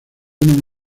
una